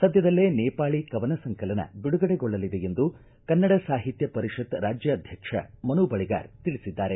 ಸದ್ದದಲ್ಲೇ ನೇಪಾಳಿ ಕವನ ಸಂಕಲನ ಬಿಡುಗಡೆಗೊಳ್ಳಲಿದೆ ಎಂದು ಕನ್ನಡ ಸಾಹಿತ್ಯ ಪರಿಷತ್ ರಾಜ್ಕಾಧ್ಯಕ್ಷ ಮನು ಬಳಿಗಾರ್ ತಿಳಿಸಿದ್ದಾರೆ